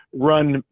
run